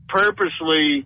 purposely